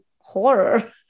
horror